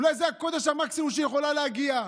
אולי זה המקסימום של הקודש שהיא יכולה להגיע אליו.